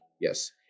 Yes